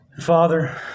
Father